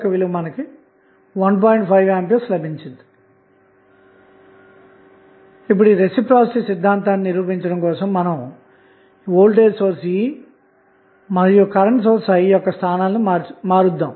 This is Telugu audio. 5A లభిస్తుంది ఇప్పుడు రెసిప్రొసీటీ సిద్ధాంతాన్ని నిరూపించడం కోసం వోల్టేజ్ E మరియు కరెంటు I యొక్క స్థానాలను మారుద్దాము